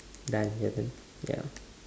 done your turn ya